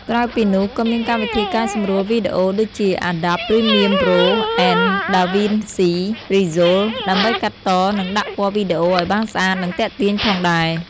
ក្រៅពីនោះក៏មានកម្មវិធីកែសម្រួលវីដេអូដូចជា Adobe Premiere Pro ឬ DaVinci Resolve ដើម្បីកាត់ត និងដាក់ពណ៌វីដេអូឲ្យបានស្អាត និងទាក់ទាញផងដែរ។